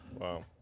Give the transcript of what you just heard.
Wow